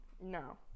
no